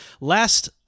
Last